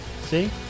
See